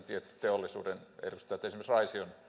tietyt teollisuuden edustajat esimerkiksi raision